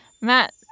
Matt